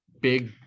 big